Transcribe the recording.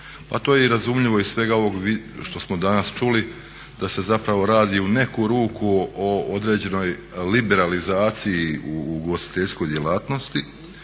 Pa to je i razumljivo iz svega ovog što smo danas čuli da se zapravo radi u neku ruku o određenoj liberalizaciji u ugostiteljskoj djelatnosti,